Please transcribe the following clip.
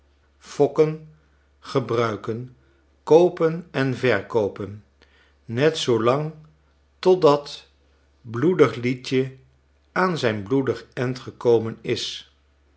fokken gebruiken koopen en verkoopen net zoolang totdat bloedig liedje aan zijn bloedig end gekomen is